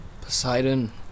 Poseidon